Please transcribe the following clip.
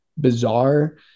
bizarre